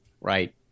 Right